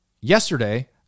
yesterday